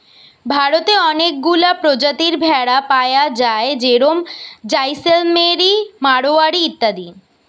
ভারতে অনেকগুলা প্রজাতির ভেড়া পায়া যায় যেরম জাইসেলমেরি, মাড়োয়ারি ইত্যাদি